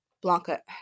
Blanca